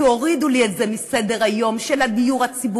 כי הורידו לי את זה מסדר-היום של הדיור הציבורי,